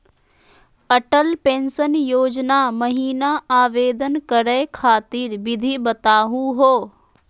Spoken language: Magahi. अटल पेंसन योजना महिना आवेदन करै खातिर विधि बताहु हो?